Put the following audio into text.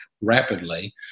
rapidly